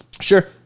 sure